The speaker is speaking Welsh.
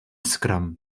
sgrym